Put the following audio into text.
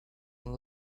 and